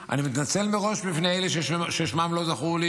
ואני מתנצל מראש בפני אלו ששמם לא זכור לי,